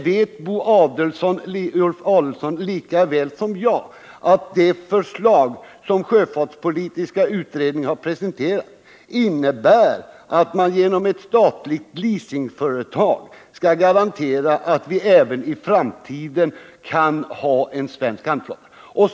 Ulf Adelsohn vet lika väl som jag att det förslag som sjöfartspolitiska utredningen har presenterat innebär att man genom ett statligt leasingföretag skall garantera att vi även i framtiden kan ha en svensk handelsflotta.